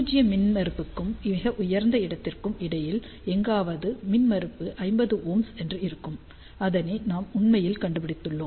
பூஜ்ஜிய மின்மறுப்புக்கும் மிக உயர்ந்த இடத்திற்கும் இடையில் எங்காவது மின்மறுப்பு 50Ω என்று இருக்கும் அதனை நாம் உண்மையில் கண்டுபிடித்துள்ளோம்